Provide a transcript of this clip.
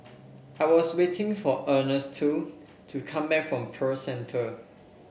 I was waiting for Ernesto to come back from Pearl Centre